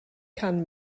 can